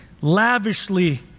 lavishly